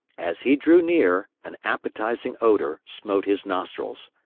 as he drew near, an appetizing odor smote his nostrils.